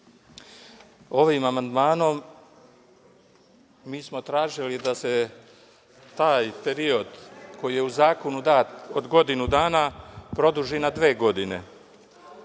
Ovim amandmanom mi smo tražili da se taj period, koji je u zakonu dat, od godinu dana produži na dve godine.